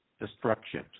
destruction